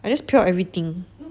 I just peel out everything